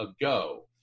ago